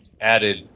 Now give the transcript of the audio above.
added